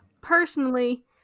Personally